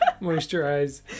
Moisturize